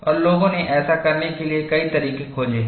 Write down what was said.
और लोगों ने ऐसा करने के लिए कई तरीके खोजे हैं